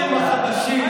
חבר הכנסת